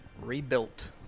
rebuilt